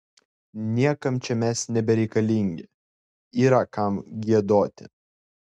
niekam čia mes nebereikalingi yra kam giedoti